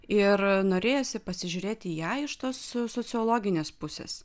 ir norėjosi pasižiūrėti į ją iš tos sociologinės pusės